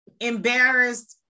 embarrassed